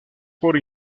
por